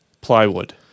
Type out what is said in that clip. plywood